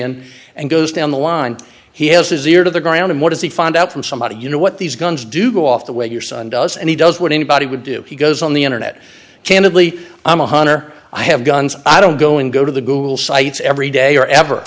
and and goes down the line he has his ear to the ground and what is the fire i doubt from somebody you know what these guns do go off the way your son does and he does what anybody would do he goes on the internet candidly i'm a hunter i have guns i don't go and go to the google sites every day or ever